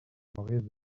maurice